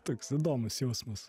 toks įdomus jausmas